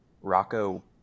rocco